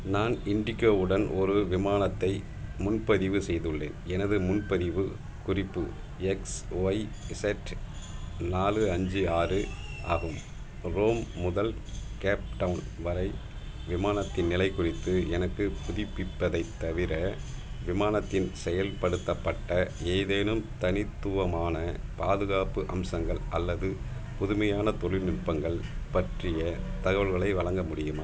நான் இண்டிகோ உடன் ஒரு விமானத்தை முன்பதிவு செய்துள்ளேன் எனது முன்பதிவு குறிப்பு எக்ஸ்ஒய்இஸெட் நாலு அஞ்சு ஆறு ஆகும் ரோம் முதல் கேப்டவுன் வரை விமானத்தின் நிலை குறித்து எனக்கு புதுப்பிப்பதைத் தவிர விமானத்தின் செயல்படுத்தப்பட்ட ஏதேனும் தனித்துவமான பாதுகாப்பு அம்சங்கள் அல்லது புதுமையான தொழில்நுட்பங்கள் பற்றிய தகவல்களை வழங்க முடியுமா